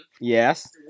Yes